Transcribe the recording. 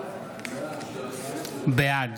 בעד